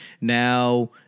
now